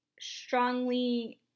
strongly